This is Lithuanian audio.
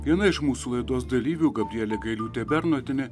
viena iš mūsų laidos dalyvių gabrielė gailiūtė bernotienė